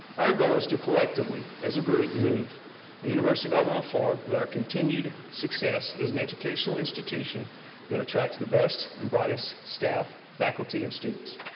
our goal is to collectively, as a group, move the university of alabama forward with our continued success as an educational institution that attracts the best and brightest staff, faculty, and students.